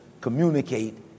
communicate